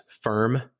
firm